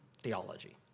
theology